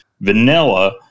vanilla